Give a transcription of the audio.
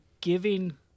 giving